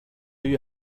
you